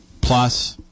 Plus